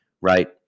right